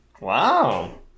Wow